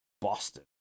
Boston